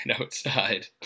outside